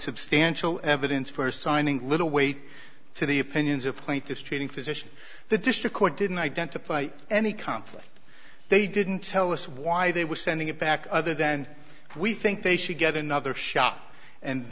substantial evidence for signing little weight to the opinions of plaintiffs treating physician the district court didn't identify any conflict they didn't tell us why they were sending it back other than we think they should get another shot and